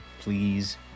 please